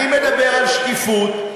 אני מדבר על שקיפות,